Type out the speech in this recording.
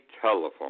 telephone